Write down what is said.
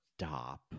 stop